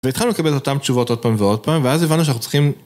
והתחלנו לקבל אותם תשובות עוד פעם ועוד פעם, ואז הבנו שאנחנו צריכים...